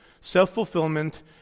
self-fulfillment